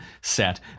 set